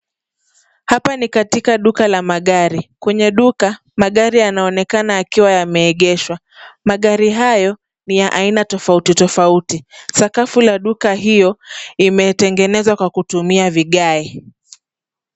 Hapa ni katika duka la magari. Kwenye duka magari yanaonekana yakiwa yameegeshwa. Magari hayo ni ya aina tofauti tofauti. Sakafu la duka hiyo imetengenezwa kwa kutumia vigae.